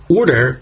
order